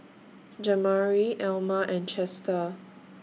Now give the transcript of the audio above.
Jamari Elma and Chester